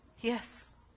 Yes